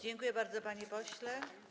Dziękuję bardzo, panie pośle.